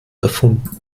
erfunden